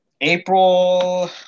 April